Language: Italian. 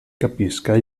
capisca